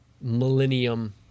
millennium